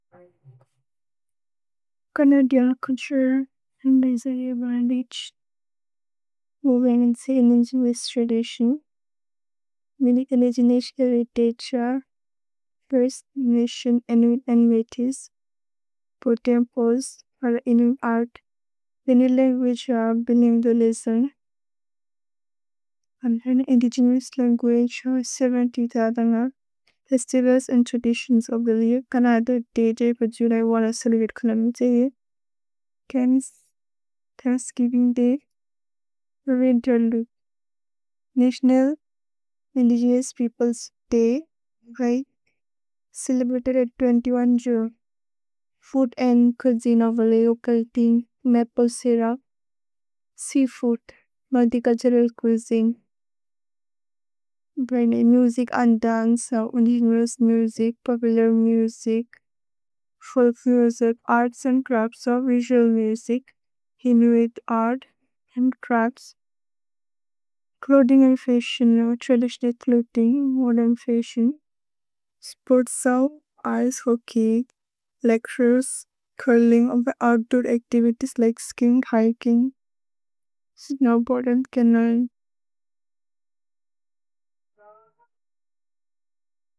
Canadian culture and misery abound each. Move in and see indigenous tradition. Many indigenous heritage are first generation Inuit animatives. पोतेम्पोएस् are the Inuit art. Many languages are bilingualism. Canadian indigenous language show is सत्तर, शून्य। Festivals and traditions of the year. Canada day. जयप्रजुरय्। वरसरिवित्। कुलम्ते। छैर्न्स्। Thanksgiving day. रविन्द्रलु। National indigenous peoples day. रै। Celebrated at बीस एक June. Food and cuisine of वलेओ। कल्ति। Maple syrup. सेअफूद्। मदि कछरेल् छुइसिने। भ्रैन्य् music and dance. Indigenous music. Popular music. Folk music. Arts and crafts. Visual music. Inuit art and crafts. Clothing and fashion. Traditional clothing. Modern fashion. Sports. Ice hockey. Lectures. Curling. Outdoor activities like skiing, hiking. Snowboarding, canoeing.